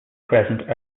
crescent